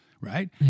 right